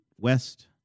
west